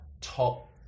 top